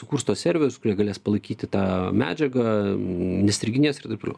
sukurs tuos serverius kurie galės palaikyti tą medžiagą nestriginės ir taip toliau